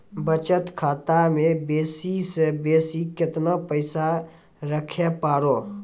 बचत खाता म बेसी से बेसी केतना पैसा रखैल पारों?